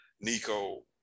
Nico